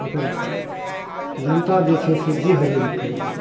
ओकर जनता जे छै से जी हजूरी करै छै